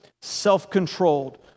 self-controlled